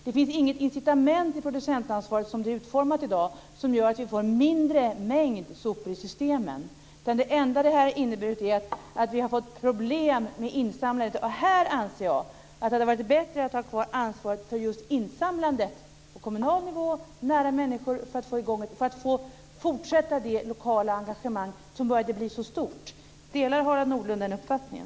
Det finns i producentansvaret, som det i dag är utformat, inte något incitament att se till att det blir mindre mängd av sopor i systemen. Det enda som det har lett till är problem med insamlandet. Jag anser att det hade varit bättre att ha kvar ansvaret för insamlandet på kommunal nivå, nära människor, för att fortsätta det lokala engagemang som började bli så stort. Delar Harald Nordlund den uppfattningen?